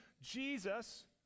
Jesus